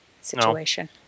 situation